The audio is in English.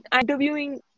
interviewing